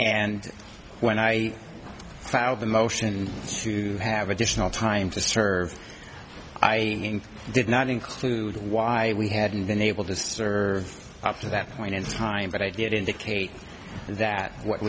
and when i filed the motion to have additional time to serve i did not include why we hadn't been able to serve up to that point in time but i did indicate that what